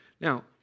Now